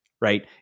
right